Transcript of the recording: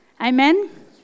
Amen